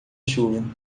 chuva